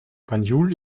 banjul